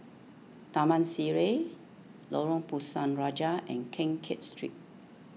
Taman Sireh Lorong Pisang Raja and Keng Kiat Street